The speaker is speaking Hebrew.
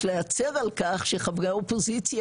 יש להצר על כך שחברי האופוזיציה,